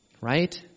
right